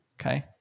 Okay